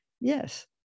Yes